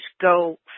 go